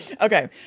Okay